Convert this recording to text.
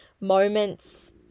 moments